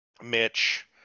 Mitch